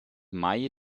may